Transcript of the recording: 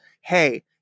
hey